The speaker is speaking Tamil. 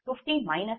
Pg2150 442X0